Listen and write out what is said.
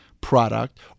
product